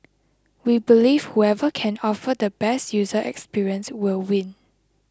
we believe whoever can offer the best user experience will win